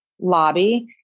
lobby